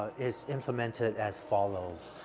is implemented as follows.